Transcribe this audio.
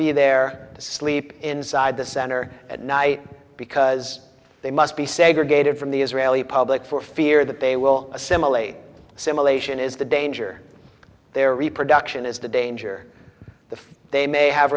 be there to sleep inside the center at night because they must be segregated from the israeli public for fear that they will assimilate simulation is the danger their reproduction is the danger the few they may have